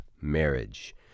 marriage